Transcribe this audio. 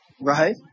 Right